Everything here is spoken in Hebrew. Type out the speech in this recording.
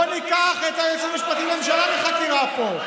בואו ניקח את היועץ המשפטי לחקירה פה,